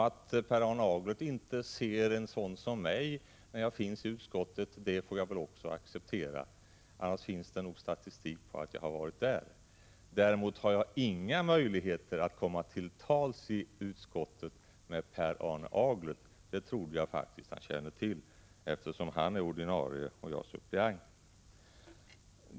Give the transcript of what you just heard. Att Per Arne Aglert inte ser en sådan som mig när jag deltar i utskottssammanträdena får jag väl också acceptera: Annars finns det nog statistik på att jag har varit där. Jag har däremot inga möjligheter att i utskottet komma till tals med Per Arne Aglert — det trodde jag faktiskt att han kände till. Han är ju ordinarie ledamot och jag suppleant.